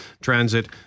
Transit